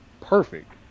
perfect